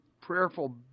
prayerful